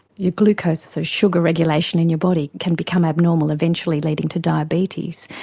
your glucose, so sugar regulation in your body can become abnormal, eventually leading to diabetes.